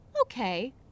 okay